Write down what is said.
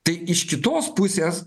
tai iš kitos pusės